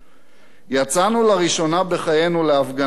יצאנו לראשונה בחיינו להפגנה או שתיים,